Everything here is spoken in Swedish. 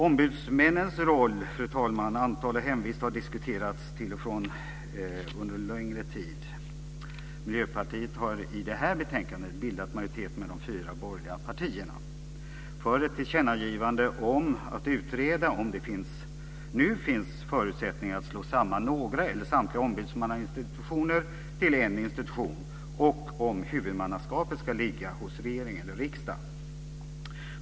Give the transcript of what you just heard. Ombudsmännens roll, antal och hemvist har diskuterats till och från under en längre tid. Miljöpartiet har i det här betänkandet bildat majoritet med de fyra borgerliga partierna för ett tillkännagivande om att utreda om det nu finns förutsättningar att slå samman några eller samtliga ombudsmannainstitutioner till en institution och om huvudmannaskapet ska ligga hos regering eller riksdag.